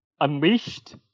Unleashed